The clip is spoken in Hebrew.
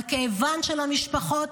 על כאבן של המשפחות?